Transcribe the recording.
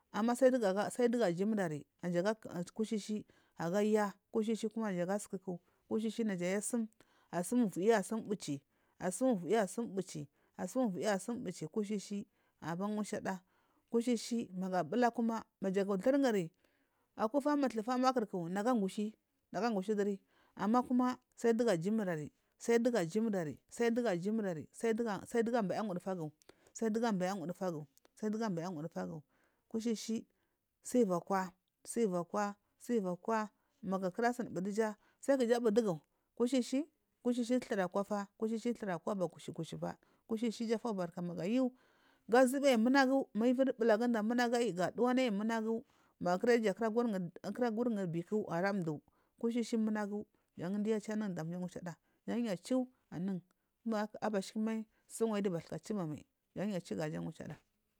Ama saidugu jminri kusheshes aga ya kusheshe kuma aga sukuku kusheshes kuma naja sum asum nuya asumdu bechi asum vuyi asum bichi asum vuyi asum bichi kusushi aban mushada kushishi magu bula kuma majagathuguri aku famuthu makiri nagu gushe nagu gushe duri ama saidugu abaya wudufagu saidugu ambaya wudufagu sadugu ambaya wudufagu sadugu ambay wudufagu kusheshe suivakwa sulvakwa sulvakwa magu kuda sun budiga sai kinja budigu kusheshe kusheshi thurkwa fa kusheshe thurkwa ba kusheshe kushishi kushishi ijufobarka magu yu gazubiyan munagu ma iviri bulgada munagu aiyi ga dawanayi munagu magu kunayu duja aguru bikkurmdu kushishi munagu jam giyu achanu danja mushada janyu chu abasukumai saigiyu bathuka chubamal janyu chugari.